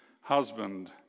husband